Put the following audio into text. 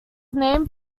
named